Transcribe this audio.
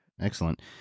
Excellent